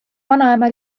vanaema